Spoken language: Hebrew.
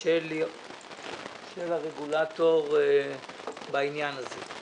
של הרגולטור בעניין הזה.